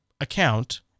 account